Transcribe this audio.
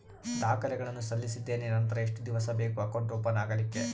ದಾಖಲೆಗಳನ್ನು ಸಲ್ಲಿಸಿದ್ದೇನೆ ನಂತರ ಎಷ್ಟು ದಿವಸ ಬೇಕು ಅಕೌಂಟ್ ಓಪನ್ ಆಗಲಿಕ್ಕೆ?